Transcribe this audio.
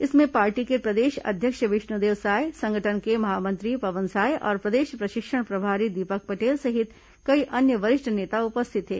इसमें पार्टी के प्रदेश अध्यक्ष विष्णुदेव साय संगठन के महामंत्री पवन साय और प्रदेश प्रशिक्षण प्रभारी दीपक पटेल सहित कई अन्य वरिष्ठ नेता उपस्थित थे